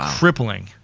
crippling,